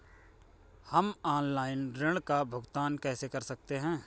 हम ऑनलाइन ऋण का भुगतान कैसे कर सकते हैं?